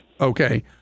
Okay